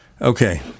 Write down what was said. Okay